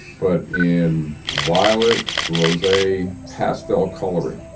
but in while it grows a pastel coloring.